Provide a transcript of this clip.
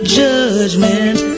judgment